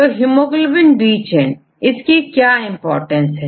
तो haemoglobin B chain इसकी क्या इंपोर्टेंस है